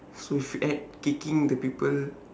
so if you add kicking the people